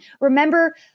Remember